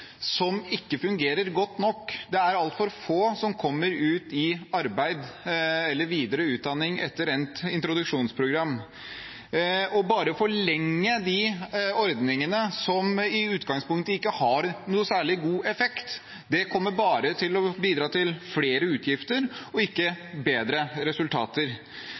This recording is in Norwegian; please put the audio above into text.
som ikke fungerer godt nok. Det er altfor få som kommer ut i arbeid eller videre utdanning etter endt introduksjonsprogram. Å bare forlenge de ordningene som i utgangspunktet ikke har noe særlig god effekt, kommer bare til å bidra til flere utgifter og ikke bedre resultater.